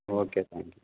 okay thank you madam